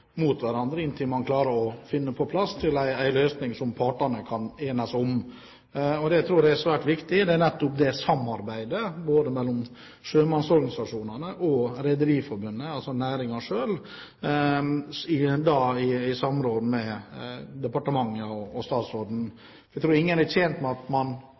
mot hverandre, inntil man klarer å få på plass en løsning som partene kan enes om. Jeg tror det er svært viktig, det samarbeidet mellom sjømannsorganisasjonene og Rederiforbundet, altså næringen selv, i samråd med departementet og statsråden. Jeg tror ingen er tjent med at man